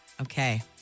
Okay